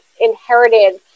inherited